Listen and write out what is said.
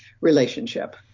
relationship